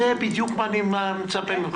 בדיוק מה שאני מצפה ממך.